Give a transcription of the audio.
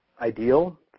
ideal